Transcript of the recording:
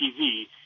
TV